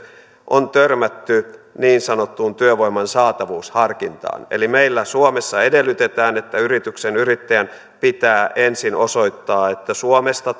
on törmätty niin sanottuun työvoiman saatavuusharkintaan eli meillä suomessa edellytetään että yrityksen yrittäjän pitää ensin osoittaa että suomesta